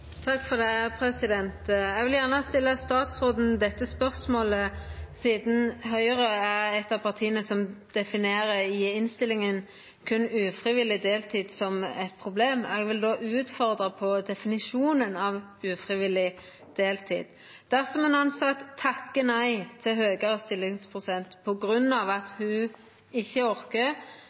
eit av partia som i innstillinga definerer berre ufrivillig deltid som eit problem. Eg vil då utfordra på definisjonen av ufrivillig deltid. Dersom ein tilsett takkar nei til høgare stillingsprosent på grunn av at ho ikkje orkar,